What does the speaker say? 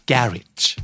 Garage